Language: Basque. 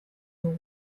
dugu